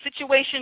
situation